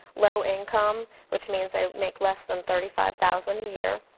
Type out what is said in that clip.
low income, which means they make less than thirty five thousand a year.